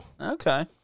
Okay